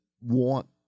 want